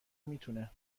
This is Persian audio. میتونه